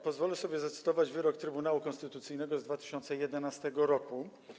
Pozwolę sobie zacytować wyrok Trybunału Konstytucyjnego z 2011 r.